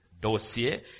dossier